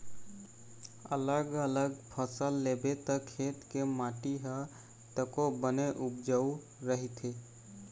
अलग अलग फसल लेबे त खेत के माटी ह तको बने उपजऊ रहिथे